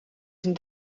zijn